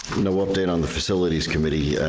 no update on the facilities committee,